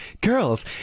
Girls